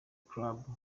club